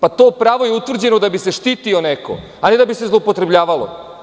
Pa to pravo je utvrđeno da bi se štitio neko, a ne da bi se zloupotrebljavalo.